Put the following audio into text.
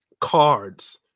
cards